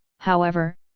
however,